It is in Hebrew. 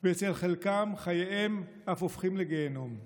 ואצל חלקם חייהם אף הופכים לגיהינום.